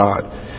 God